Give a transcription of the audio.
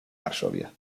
varsovia